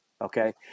okay